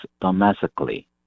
domestically